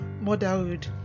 motherhood